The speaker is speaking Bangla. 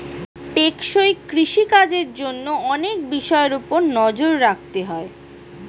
টেকসই কৃষি কাজের জন্য অনেক বিষয়ের উপর নজর রাখতে হয়